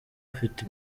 ufite